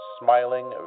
smiling